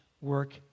work